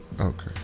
Okay